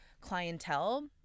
clientele